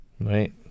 Right